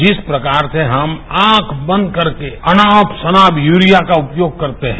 जिस प्रकार से हम आंख बंद करके अनाप शनाप यूरिया काउपयोग करते हैं